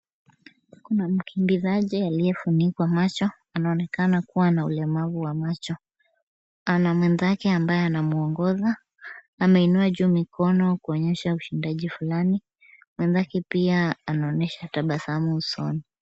Kuna mkimbiaji aliyefunukwa macho, anaonekana kuwa na ulemavu wa macho. Ana mwenzake ambaye anamwongoza anainua juu mikono ya ke kuonyesha ushindaji fulani manake pia anaonesha tabasamu usoni.